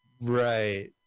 right